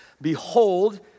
behold